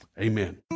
Amen